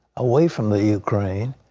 away from the ukraine.